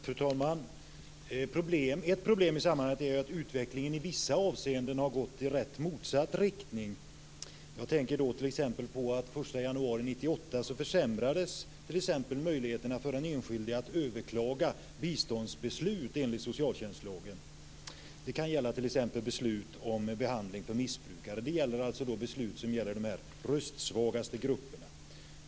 Fru talman! Jag tackar för svaret. Ett problem i sammanhanget är att utvecklingen i vissa avseenden har gått i motsatt riktning. Jag tänker t.ex. på att den 1 januari 1998 försämrades möjligheterna för den enskilde att överklaga biståndsbeslut enligt socialtjänstlagen. Det kan gälla t.ex. beslut om behandling av missbrukare, alltså beslut som gäller de röstsvagaste grupperna.